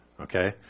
okay